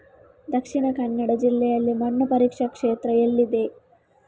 ದಕ್ಷಿಣ ಕನ್ನಡ ಜಿಲ್ಲೆಯಲ್ಲಿ ಮಣ್ಣು ಪರೀಕ್ಷಾ ಕೇಂದ್ರ ಎಲ್ಲಿದೆ?